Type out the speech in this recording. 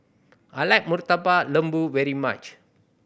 I like Murtabak Lembu very much